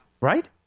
Right